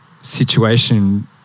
situation